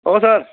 औ सार